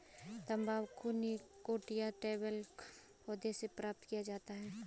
तंबाकू निकोटिया टैबेकम पौधे से प्राप्त किया जाता है